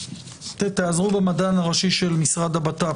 תעזרו במדען הראשי של משרד הבט"פ,